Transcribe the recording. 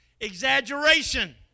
Exaggeration